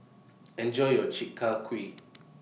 Enjoy your Chi Kak Kuih